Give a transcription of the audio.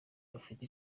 bafite